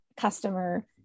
customer